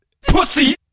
pussy